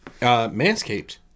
manscaped